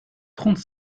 trente